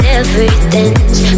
everything's